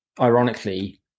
ironically